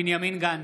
בנימין גנץ,